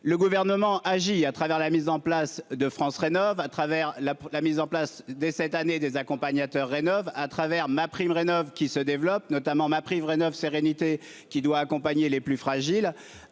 le gouvernement agit à travers la mise en place de France rénovent à travers la, la mise en place dès cette année des accompagnateurs rénovent à travers ma prime Rénov'qui se développe notamment MaPrimeRénov sérénité qui doit accompagner les plus fragiles